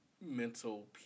mental